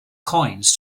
coins